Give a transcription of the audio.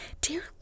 Dear